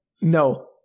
no